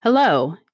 Hello